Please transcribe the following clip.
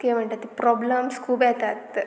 कितें म्हणटात तें प्रोब्लम्स खूब येतात